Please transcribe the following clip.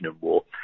war